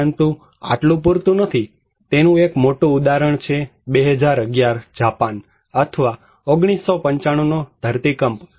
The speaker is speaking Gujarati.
પરંતુ આટલું પૂરતું નથી તેનું એક મોટું ઉદાહરણ છે 2011 જાપાન અથવા 1995 નો ધરતીકંપ